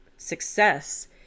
success